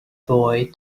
boy